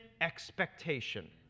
expectation